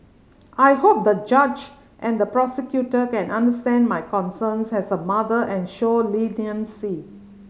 I hope the judge and the prosecutor can understand my concerns as a mother and show leniency